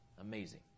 Amazing